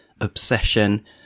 obsession